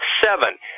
seven